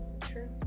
true